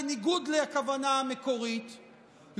בניגוד לכוונה המקורית,